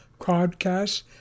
podcast